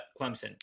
Clemson